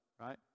right